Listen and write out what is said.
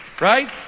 right